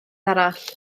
arall